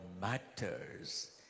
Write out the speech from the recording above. matters